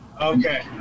Okay